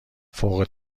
فوق